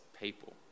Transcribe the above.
people